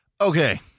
Okay